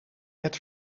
het